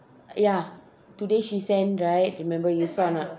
ya today she send right remember